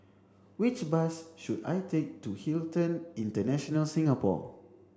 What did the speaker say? which bus should I take to Hilton International Singapore